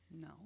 No